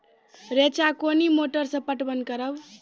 रेचा कोनी मोटर सऽ पटवन करव?